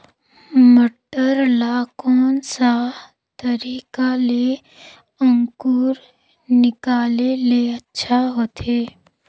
मटर ला कोन सा तरीका ले अंकुर निकाले ले अच्छा होथे?